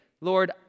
Lord